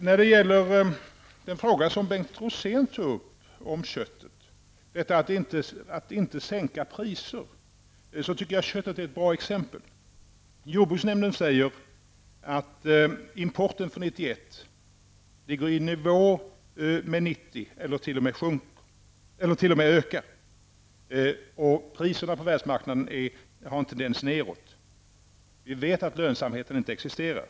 När det gäller frågan som Bengt Rosén tog upp om att inte sänka priserna på köttet, tycker jag att köttet är ett bra exempel. Jordbruksnämnden säger att importen för 1991 ligger i nivå med den för 1990 eller att den t.o.m. ökar. Priserna på världsmarknaden har inte vänts nedåt. Vi vet att lönsamhet inte existerar.